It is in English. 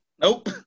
Nope